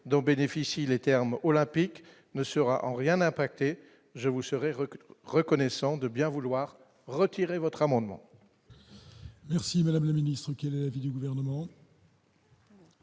dont bénéficient les termes olympique ne sera en rien impacté je vous serais recrues reconnaissant de bien vouloir retirer votre amendement. Merci madame la ministre, qui élève du gouvernement.